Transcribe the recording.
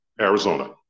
Arizona